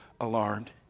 alarmed